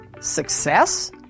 success